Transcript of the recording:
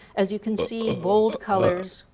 as you can see bold colors,